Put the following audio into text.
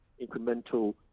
incremental